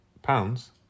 Pounds